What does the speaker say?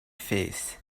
face